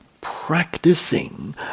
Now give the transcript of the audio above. practicing